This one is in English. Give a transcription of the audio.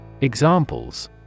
Examples